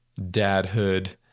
dadhood